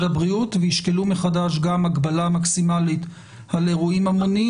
הבריאות וישקלו מחדש גם הגבלה מקסימלית על אירועים המוניים.